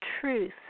truth